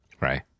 right